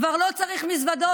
כבר לא צריך מזוודות,